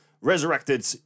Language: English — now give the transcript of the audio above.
resurrected